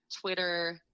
Twitter